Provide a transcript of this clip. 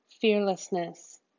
Fearlessness